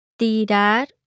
Tirar